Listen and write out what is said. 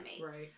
right